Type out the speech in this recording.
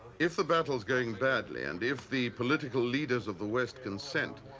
if the battle is going badly and if the political leaders of the west consent,